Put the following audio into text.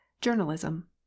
Journalism